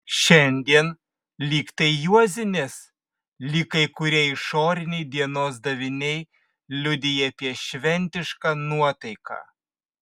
šiandien lyg tai juozinės lyg kai kurie išoriniai dienos daviniai liudija apie šventišką nuotaiką